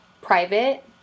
private